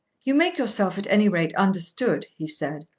you make yourself at any rate understood, he said,